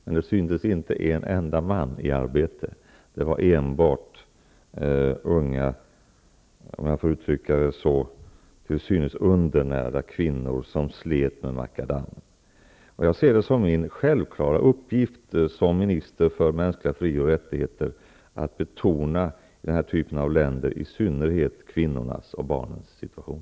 Men det syntes inte en enda man i arbete. Det var enbart unga, till synes undernärda, kvinnor som slet med makadam. Jag ser det som min självklara uppgift som minister för mänskliga fri och rättigheter att i den här typen av länder i synnerhet betona kvinnors och barns situation.